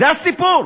זה הסיפור.